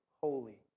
holy